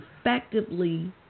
effectively